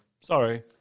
Sorry